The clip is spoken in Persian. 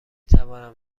توانم